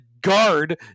Guard